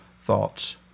thoughts